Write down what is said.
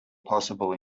possible